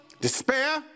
despair